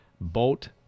boat